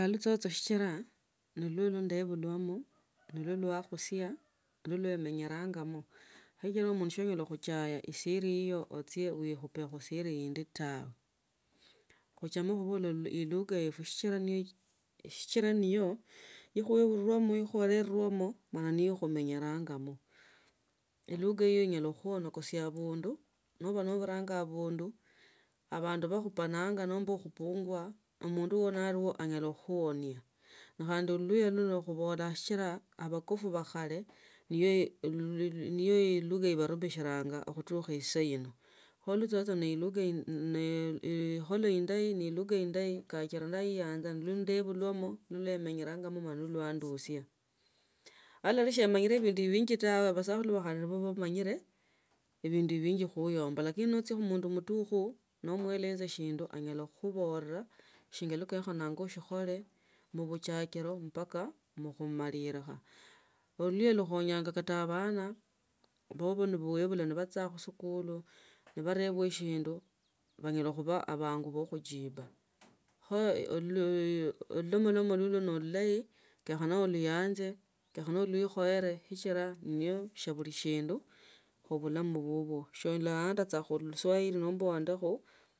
Ndayaanza lusoso sichila nibo nilyo losakhusia nilo nimenyerangamo kechila amundu sonyala khuchaya isiri iyo ochie olikhupe khusiri indi tawe khuchame khubola ilugha yefwe sichila ni yo yakhuebulusamo nakhulerwamo mala niyo khumenyelamo ilugha iyo inyala khukhuonekasia abundu noba nobiranga abundu abandu bakhupanga nemba ukhupangwa omundu wuwo nalio anyala khukhuonea mala khandi oluluya lulo lubola sichila abakofu ba khale ni ya lugha yabanumishilanga khutukha esaino kho lutsoso ne elugha ne kholo endayi ne elugha endayi kachira ndaiyanza sichila nendebulwamo niko menjeramo mala yandosia ala ni shamanyile binji tawe abasakhulu ba khale nibo bamanyale ebindu binji khukhuyomba lakini nchia khumundu mutukhu nomueleza shingali anyala khukhubola shinga shiye kholekha oranha ushikhole mobichiaki mpaka khumalila oluluhya lukhonya kata abana babo ba webula bachia khusikuli ni banbwa shindu banyala khubaa abanga ba kujiba kho ululomolomo luno no olulayi kenyakhana alayanze kenyakhana uliokhoene sichila niyo shibuli sindu khubulamu bubwo aolanda taa khu luswahili nomba uenda khu.